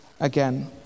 again